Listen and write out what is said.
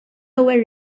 ewwel